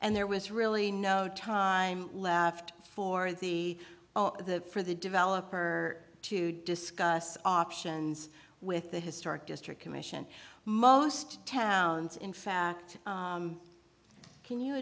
and there was really no time left for the the for the developer to discuss options with the historic district commission most towns in fact can you